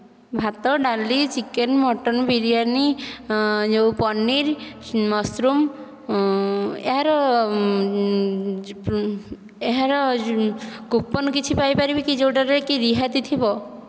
ଭାତ ଡାଲି chicken mutton biryani ଯେଉଁ ପନୀର ମଶ୍ରୁମ ଏହାର ଏହାର କୁପନ କିଛି ପାଇପାରିବି କି ଯେଉଁଟାରେ କି ରିହାତି ଥିବ